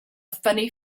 funny